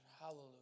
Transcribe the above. Hallelujah